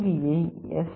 D I S